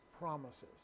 promises